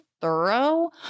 thorough